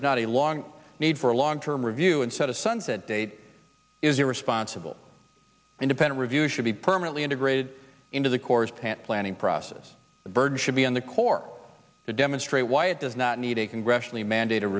is not a long need for a long term review and set a sunset date is a responsible independent review should be permanently integrated into the corps tant planning process the burden should be on the corps to demonstrate why it does not need a congressionally mandate